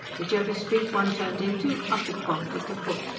whatever street one turned into, up it bobbed at the foot.